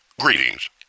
Greetings